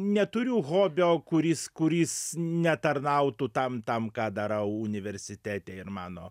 neturiu hobio kuris kuris netarnautų tam tam ką darau universitete ir mano